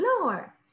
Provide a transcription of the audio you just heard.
lower